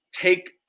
take